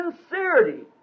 sincerity